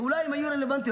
שאולי הם היו רלוונטיים,